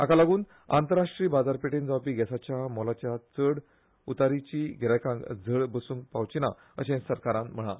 हाका लागून आंतरराष्ट्रीय बाजार पेठेंत जावपी गॅसाच्या मोलाच्या चड उतारीची गिरायकांक झळ बसूंक पावची ना अशें सरकारान म्हळां